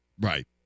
Right